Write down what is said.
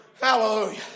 Hallelujah